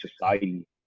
society